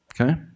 Okay